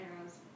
arrows